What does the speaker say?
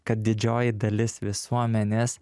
kad didžioji dalis visuomenės